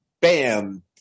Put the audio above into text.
bam